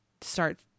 start